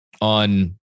on